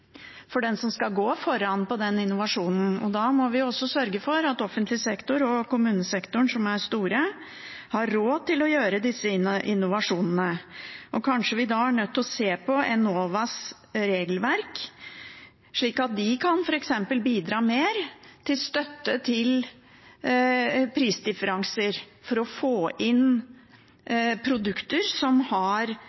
for den som skal gå foran på innovasjonen. Da må vi også sørge for at offentlig sektor og kommunesektoren, som er store, har råd til å gjøre disse innovasjonene. Kanskje vi da er nødt til å se på Enovas regelverk, slik at de f.eks. kan bidra med mer støtte til prisdifferanser for å få inn